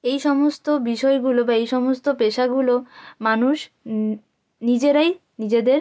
এই সমস্ত বিষয়গুলো বা এই সমস্ত পেশাগুলো মানুষ নিজেরাই নিজেদের